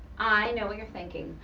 i know what you're thinking,